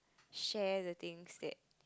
share the things that